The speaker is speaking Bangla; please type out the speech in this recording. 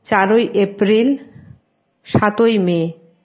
চারই এপ্রিল সাতই মে